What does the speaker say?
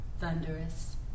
thunderous